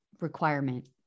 requirement